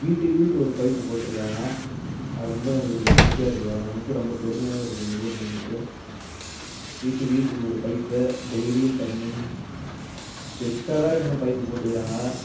வீட்டுக்கு வீடு ஒரு பைப்பு போட்டுருக்காங்க அது ரொம்ப எங்களுக்கு மகிழ்ச்சியாக இருக்குது அதை நினச்சா ரொம்ப பெருமையாகவும் இருக்குது எங்கள் ஊரை நினச்சி வீட்டுக்கு வீட்டுக்கு ஒரு பைப்பு டெயிலியும் தண்ணீ எக்ஸ்ட்ரா வேற இன்னும் பைப்பு போட்டுக்குறாங்க